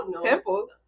Temples